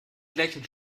gleichen